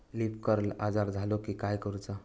Leaf curl आजार झालो की काय करूच?